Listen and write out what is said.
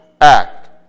act